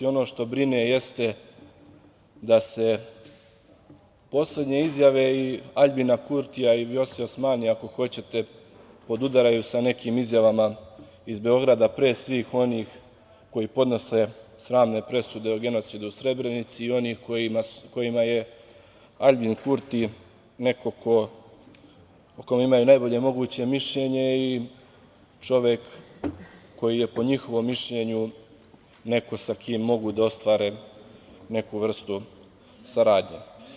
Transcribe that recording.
Ono što brine je to što se poslednje izjave Aljbina Kurtija i Vljose Osmanija, ako hoćete podudaraju sa nekim izjavama iz Beograda, pre svih onih koji podnose sramne presude o genocidu u Srebrenici i onih kojima je Aljbin Kurti neko o kome imaju najbolje moguće mišljenje i čovek koji je po njihovom mišljenju neko sa kim mogu da ostvare neku vrstu saradnje.